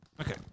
Okay